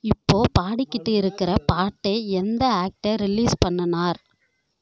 இப்போது பாடிக்கிட்டு இருக்கிற பாட்டை எந்த ஆக்டர் ரிலீஸ் பண்ணினார்